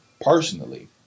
personally